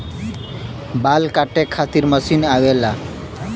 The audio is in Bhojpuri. बाल काटे खातिर मशीन आवेला